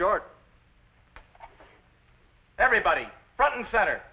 short everybody front and center